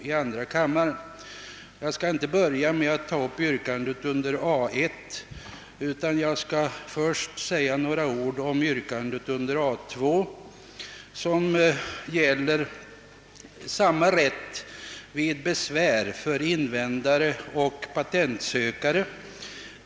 Jag börjar då med några ord om yrkandet under punkten A 2, som handlar om att invändare skall ges samma besvärsrätt som patentsökande.